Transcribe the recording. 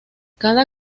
cada